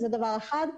זה דבר אחד.